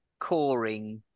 coring